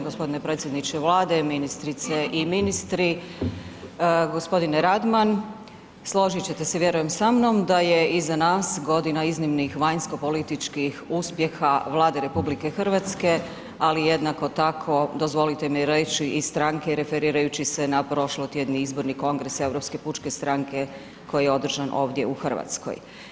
Gospodine predsjedniče Vlade, ministrice i ministri, gospodine Radman, složit ćete se vjerujem sa mnom da je iza nas godina iznimnih vanjskopolitičkih uspjeha Vlade RH, ali jednako tako dozvolite mi reći i stranke referirajući se na prošlotjedni izborni kongres Europske pučke stranke koji je održan ovdje u Hrvatskoj.